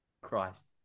Christ